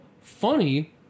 funny